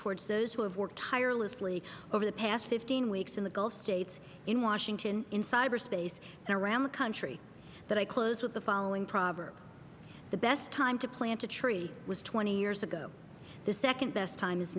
towards those who have worked tirelessly over the past fifteen weeks in the gulf states in washington in cyberspace and around the country that i close with the following proverb the best time to plant a tree was twenty years ago the second best time